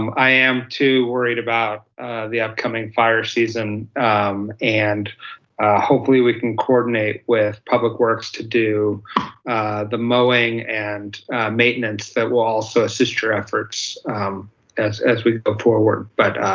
um i am too worried about the upcoming fire season and hopefully we can coordinate with public works to do the mowing and maintenance that will also assist your efforts as as we move ah forward. but